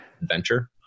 venture